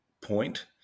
point